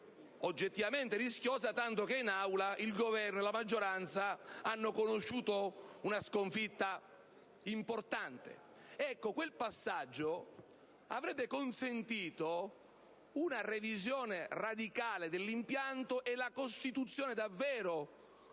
oggettivamente rischiosa, tanto che in Aula il Governo e la maggioranza hanno conosciuto una sconfitta importante. Quel passaggio avrebbe consentito una revisione radicale dell'impianto e la costituzione reale